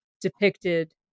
depicted